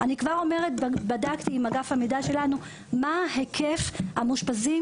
בדקתי עם אגף המידע שלנו מה היקף המאושפזים